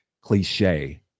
cliche